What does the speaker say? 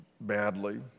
badly